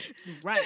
Right